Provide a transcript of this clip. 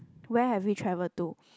where have we travel to